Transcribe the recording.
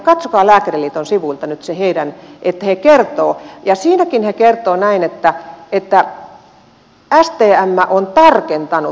katsokaa lääkäriliiton sivuilta nyt se heidän vastineensa että he kertovat ja siinäkin he kertovat näin että stm on tarkentanut